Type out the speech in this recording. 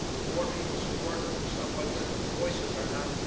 the more people support stuff like this, but the voices are not,